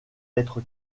être